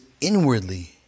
inwardly